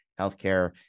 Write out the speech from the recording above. healthcare